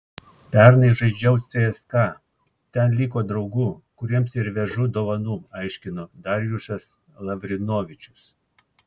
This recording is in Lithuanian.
pernai žaidžiau cska ten liko draugų kuriems ir vežu dovanų aiškino darjušas lavrinovičius